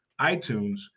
iTunes